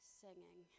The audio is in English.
singing